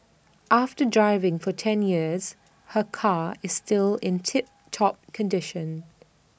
after driving for ten years her car is still in tip top condition